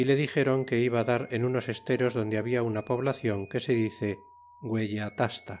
y le dixéron que iba dar en unos esteros donde habia una poblacion que se dice gueyatasta